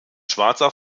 schwarzer